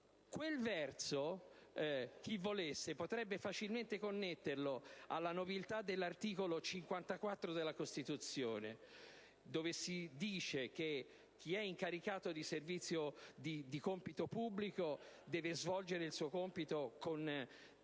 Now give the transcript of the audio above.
Quel verso chi volesse potrebbe facilmente connetterlo alla nobiltà dell'articolo 54 della Costituzione dove si dice che chi è incaricato di compito pubblico deve svolgere il suo compito con